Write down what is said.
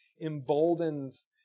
emboldens